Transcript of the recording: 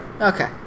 Okay